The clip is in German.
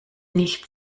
nicht